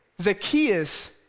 Zacchaeus